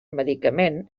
medicament